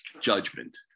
judgment